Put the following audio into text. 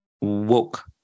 Woke